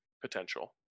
potential